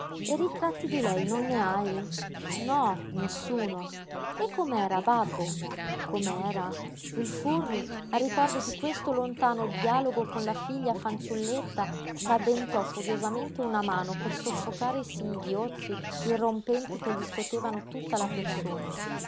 e ritratti di lei non ne hai no nessuno e com'era babbo com'era il furri al ricordo di questo lontano dialogo con la figlia fanciulletta s'addentò furiosamente una mano per soffocare i singhiozzi irrompenti che gli scotevano tutta la persona